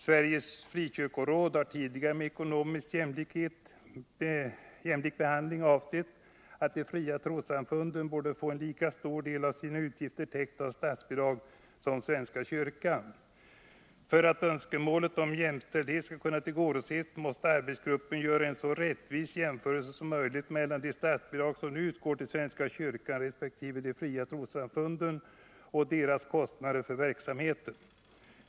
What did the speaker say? Sveriges frikyrkoråd har tidigare med ekonomiskt jämlik behandling avsett att de fria trossamfunden borde få en lika stor del av sina utgifter täckta av statsbidrag som svenska kyrkan. För att önskemålet om jämställdhet skall kunna tillgodoses måste arbetsgruppen göra en så rättvis jämförelse som möjligt mellan de statsbidrag som nu utgår till svenska kyrkan resp. de fria trossamfunden och deras kostnader för verksamheten.